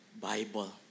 Bible